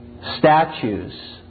statues